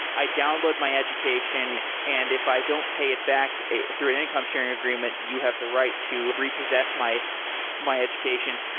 i download my education, and if i don't pay it back through an income sharing agreement, you have the right to repossess my my education.